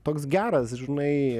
toks geras žinai